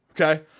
okay